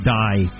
die